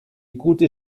gute